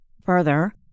Further